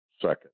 second